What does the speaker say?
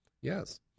Yes